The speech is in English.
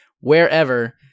wherever